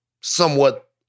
somewhat